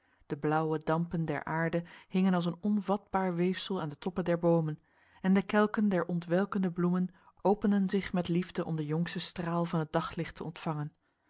de blauwe dampen der aarde hingen als een onvatbaar weefsel aan de toppen der bomen en de kelken der ontwelkende bloemen openden zich met liefde om de jongste straal van het daglicht te ontvangen